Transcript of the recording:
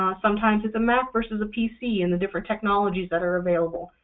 um sometimes it's a mac versus a pc and the different technologies that are available,